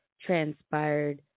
transpired